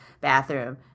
bathroom